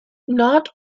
not